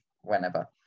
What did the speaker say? whenever